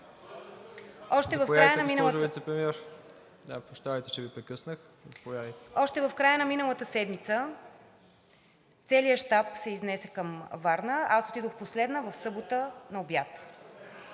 …още в края на миналата седмица целият щаб се изнесе към Варна. Аз отидох последна в събота на обяд.